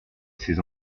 ses